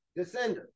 Descender